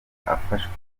afashwa